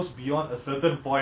ஆமாமா:aamamaa that's true